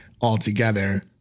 altogether